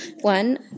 one